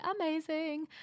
amazing